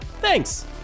Thanks